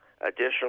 additional